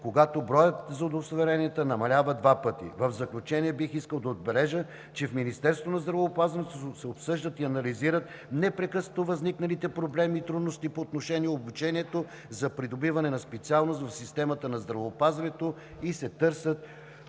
когато броят за удостоверенията намалява два пъти. В заключение бих искал да отбележа, че в Министерството на здравеопазването се обсъждат и анализират непрекъснато възникналите проблеми и трудности по отношение обучението за придобиване на специалност в системата на здравеопазването и се търсят